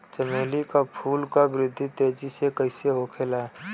चमेली क फूल क वृद्धि तेजी से कईसे होखेला?